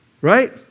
Right